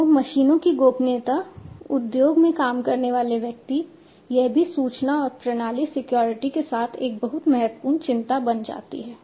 तो मशीनों की गोपनीयता उद्योग में काम करने वाले व्यक्ति यह भी सूचना और प्रणाली सिक्योरिटी के साथ एक बहुत महत्वपूर्ण चिंता बन जाती है